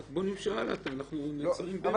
רק בוא נמשיך הלאה, אנחנו נעצרים באמצע.